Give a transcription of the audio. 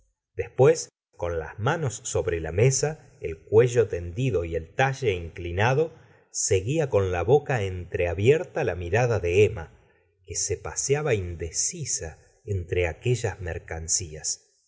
después con las manos sobre la mesa el cuello tendido y el talle inclinado seguía con la boca entreabierta la mirada de emma que se paseaba indecisa entre aquellas mercancías